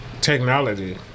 technology